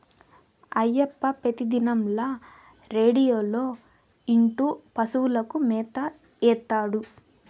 అయ్యప్ప పెతిదినంల రేడియోలో ఇంటూ పశువులకు మేత ఏత్తాడు